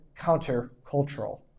countercultural